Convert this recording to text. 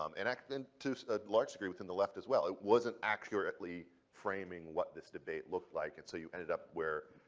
um and like then to a large degree within the left, as well. it wasn't accurately framing what this debate looked like. and so, you ended up where,